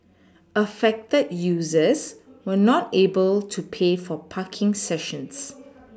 affected users were not able to pay for parking sessions